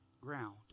ground